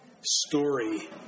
story